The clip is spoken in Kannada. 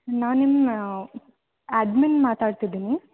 ನಾನು ನಿಮ್ಮ ಆಡ್ಮಿನ್ ಮಾತಾಡ್ತಿದ್ದೀನಿ